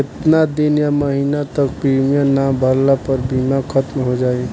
केतना दिन या महीना तक प्रीमियम ना भरला से बीमा ख़तम हो जायी?